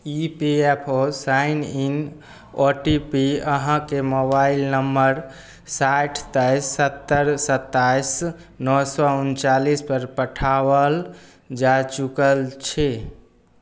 E P F O sign in O T P अहाँकेँ mobile number साठि तेइस सत्तरि सताइस नओ सए उनचालीस पर पठाओल जा चुकल छी